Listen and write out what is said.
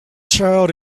child